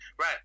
Right